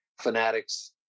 fanatics